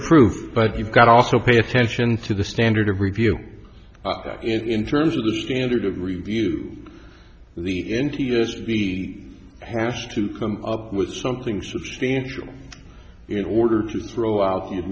proof but you've got also pay attention to the standard of review in terms of the standard of review the n t s b has to come up with something substantial in order to throw out